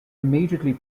immediately